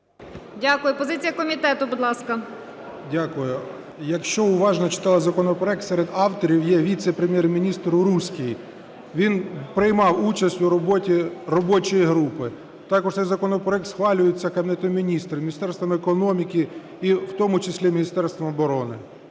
Дякую. Позиція комітету, будь ласка. 17:13:48 ЗАВІТНЕВИЧ О.М. Дякую. Якщо уважно читали законопроект, серед авторів є віце-прем'єр-міністр Уруський, він приймав участь у роботі робочої групи. Також цей законопроект схвалюється Кабінетом Міністрів, Міністерством економіки і в тому числі Міністерством оборони.